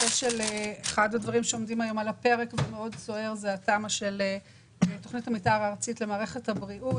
אחד הדברים שעומדים היום על הפרק הוא תוכנית המתאר של מערכת הבריאות